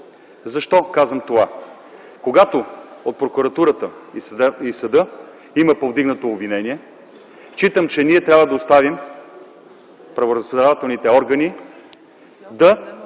Защо казвам това? Когато от прокуратурата и съда има повдигнато обвинение, считам, че ние трябва да оставим правораздавателните органи да